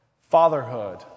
fatherhood